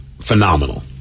phenomenal